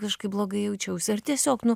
kažkaip blogai jaučiausi ar tiesiog nu